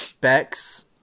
Bex